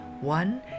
one